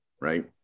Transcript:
right